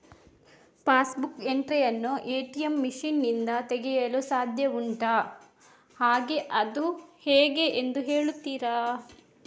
Pass book entry ಯನ್ನು ATM machine ನಿಂದ ತೆಗೆಯಲು ಸಾಧ್ಯ ಉಂಟಾ ಹಾಗೆ ಅದು ಹೇಗೆ ಎಂದು ಹೇಳುತ್ತೀರಾ?